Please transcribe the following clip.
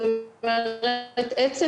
--- אי